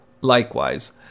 Likewise